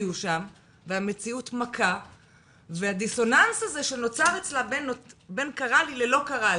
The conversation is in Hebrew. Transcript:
היו שם והמציאות מכה והדיסוננס הזה שנוצר אצלה בין קרה לי ל-לא קרה לי,